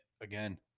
again